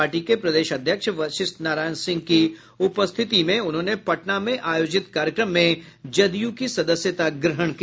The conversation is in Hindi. पार्टी के प्रदेश अध्यक्ष वरिष्ठ नारायण सिंह की उपस्थिति में उन्होंने पटना में आयोजित कार्यक्रम में जदयू की सदस्यता ग्रहण की